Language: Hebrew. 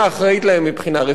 מבחינה שיקומית,